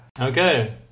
Okay